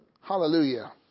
Hallelujah